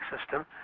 system